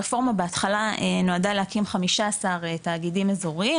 הרפורמה בהתחלה נועדה להקים 15 תאגידים אזוריים,